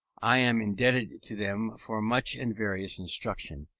i am indebted to them for much and various instruction,